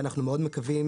ואנחנו מאוד מקווים